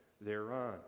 thereon